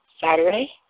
Saturday